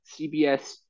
CBS